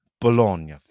Bologna